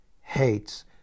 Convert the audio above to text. hates